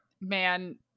man